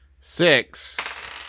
Six